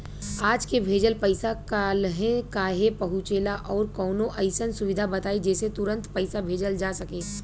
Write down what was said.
आज के भेजल पैसा कालहे काहे पहुचेला और कौनों अइसन सुविधा बताई जेसे तुरंते पैसा भेजल जा सके?